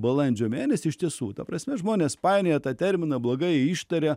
balandžio mėnesį iš tiesų ta prasme žmonės painioja tą terminą blogai ištarė